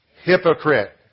Hypocrite